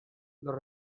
los